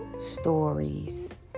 stories